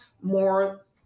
more